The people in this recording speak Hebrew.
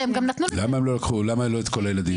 למה לא את כל הילדים?